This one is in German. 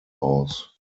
aus